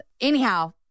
anyhow